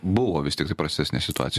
buvo vis tiktai prastesnė situacija